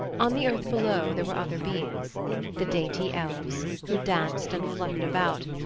on the earth below there were other beings the dainty elves, who danced and fluttered about,